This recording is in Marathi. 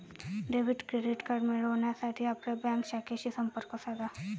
डेबिट क्रेडिट कार्ड मिळविण्यासाठी आपल्या बँक शाखेशी संपर्क साधा